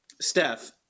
Steph